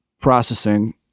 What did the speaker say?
processing